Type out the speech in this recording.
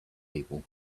people